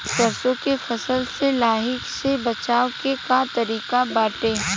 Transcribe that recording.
सरसो के फसल से लाही से बचाव के का तरीका बाटे?